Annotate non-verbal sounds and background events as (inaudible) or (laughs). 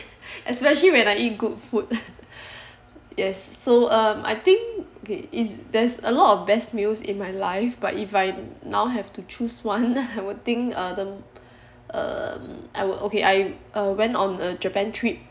especially when I eat good food (laughs) yes so um I think okay is there's a lot of best meals in my life but if I now have to choose one I would think uh the um I would okay I uh went on a Japan trip